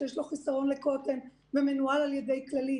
שיש לו חיסרון של קוטן ומנוהל על ידי כללית,